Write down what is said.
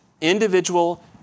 individual